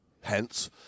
hence